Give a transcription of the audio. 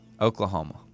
Oklahoma